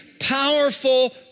powerful